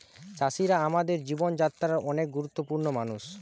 চাষিরা আমাদের জীবন যাত্রায় অনেক গুরুত্বপূর্ণ মানুষ